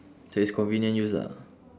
so it's convenience use ah